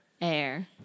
Air